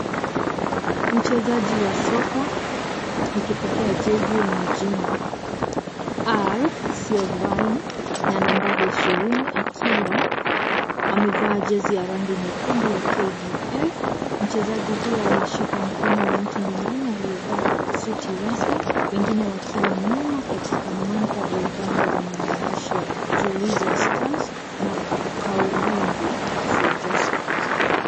Mchezaji wa soka, akipokea jezi yenye jina,R na nambari 20,akiwa amevaa jezi ya rangi nyekundu ya KDF.Mchezaji huyo anashika mkono wa mtu mwingine aliyevaa suti rasmi , wengine wakiwa nyuma katika mandhari ya bango lenye mandishi ya ulinzi stars na kaulimbwi soldiers